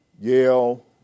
Yale